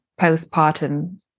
postpartum